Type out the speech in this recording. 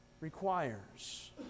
requires